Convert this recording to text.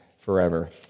forever